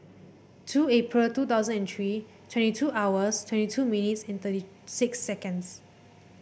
two April two thousand and three twenty two hours twenty two minutes and thirty six seconds